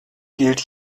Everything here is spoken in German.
gilt